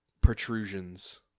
protrusions